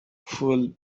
fueled